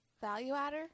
Value-adder